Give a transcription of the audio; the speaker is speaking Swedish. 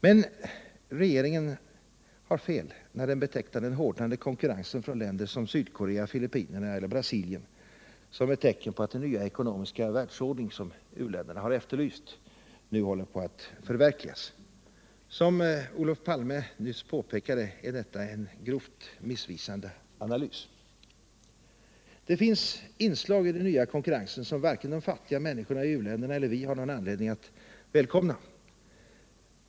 Men regeringen har fel när den betecknar den hårdnande konkurrensen från länder såsom Sydkorea, Filippinerna och Brasilien som ett tecken på att den nya ekonomiska världsordning som u-länder efterlyst nu håller på att förverkligas. Som Olof Palme nyss påpekade är detta en grovt missvisande analys. Det finns inslag i den nya konkurrensen som varken de fattiga människorna i u-länderna eller vi har någon anledning att välkomna.